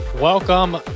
Welcome